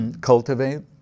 cultivate